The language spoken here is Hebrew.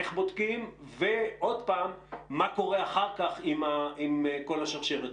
איך בודקים ומה קורה אחר כך עם כל השרשרת,